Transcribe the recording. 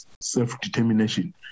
self-determination